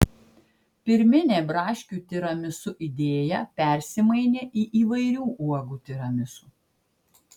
pirminė braškių tiramisu idėja persimainė į įvairių uogų tiramisu